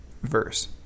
verse